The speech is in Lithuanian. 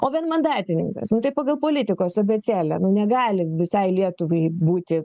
o vienmandatininkas nu tai pagal politikos abėcėlę negali visai lietuvai būti